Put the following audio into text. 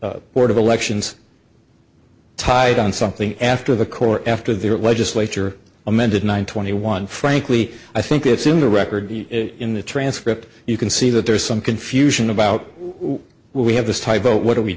board of elections tied on something after the court after their legislature amended nine twenty one frankly i think it's in the record in the transcript you can see that there is some confusion about what we have this type of what are we